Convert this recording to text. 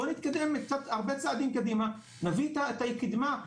בוא נתקדם קצת הרבה צעדים קדימה נביא את הקדמה,